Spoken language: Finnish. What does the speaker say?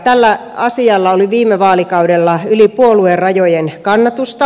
tällä asialla oli viime vaalikaudella yli puoluerajojen kannatusta